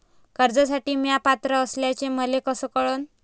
कर्जसाठी म्या पात्र असल्याचे मले कस कळन?